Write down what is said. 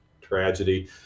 tragedy